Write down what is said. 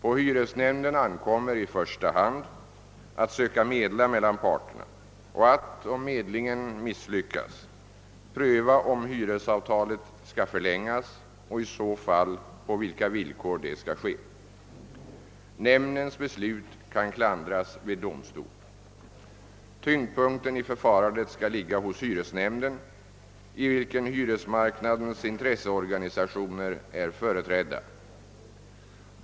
På hyresnämnden ankommer i första hand att söka medla mellan parterna och att, om medlingen misslyckas, pröva om hyresavtalet skall förlängas och i så fall på vilka villkor detta skall ske. Nämndens beslut kan klandras vid domstol. Tyngdpunkten i förfarandet skall ligga hos hy resnämnden, i vilken hyresmarknadens intresseorganisationer är företrädda.